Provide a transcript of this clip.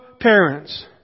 parents